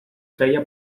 creia